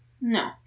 No